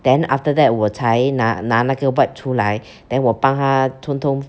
then after that 我才拿拿那个 wipe 出来 then 我帮他通通